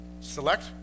select